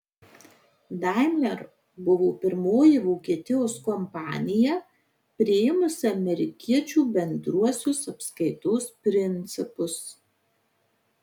daimler buvo pirmoji vokietijos kompanija priėmusi amerikiečių bendruosius apskaitos principus